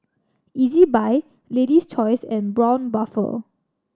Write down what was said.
Ezbuy Lady's Choice and Braun Buffel